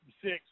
six